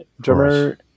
Drummer